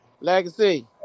Legacy